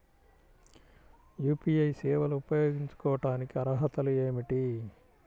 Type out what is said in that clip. UPI సేవలు ఉపయోగించుకోటానికి అర్హతలు ఏమిటీ?